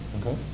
okay